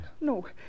No